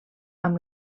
amb